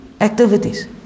activities